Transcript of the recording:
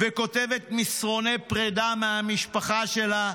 וכותבת מסרוני פרדה מהמשפחה שלה,